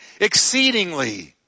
exceedingly